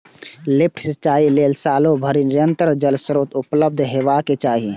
lift सिंचाइ लेल सालो भरि निरंतर जल स्रोत उपलब्ध हेबाक चाही